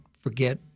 forget